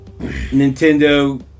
Nintendo